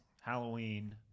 Halloween